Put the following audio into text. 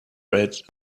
read